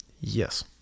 yes